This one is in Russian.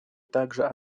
также